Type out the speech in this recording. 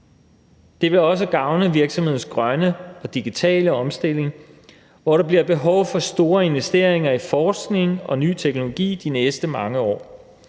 Det vil også gavne virksomheders grønne og digitale omstilling, hvor der bliver behov for store investeringer i forskning og ny teknologi de næste mange år.